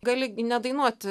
gali nedainuot